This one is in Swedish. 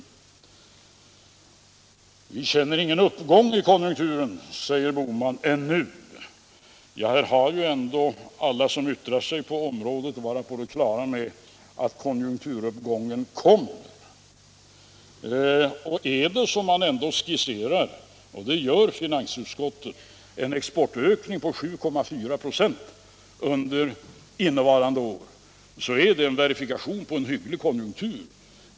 Vi har ännu inte kunnat märka någon uppgång i konjunkturen, säger herr Bohman. Men alla som yttrar sig på det här området är ju ändå på det klara med att konjunkturuppgången kommer! När finansutskottet nu skisserar en exportökning på 7,4 96 under innevarande år, då är också det en verifikation på en hygglig konjunktur.